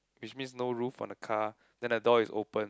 which means no roof on a car then the door is open